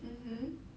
mmhmm